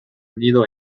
unido